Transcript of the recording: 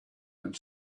and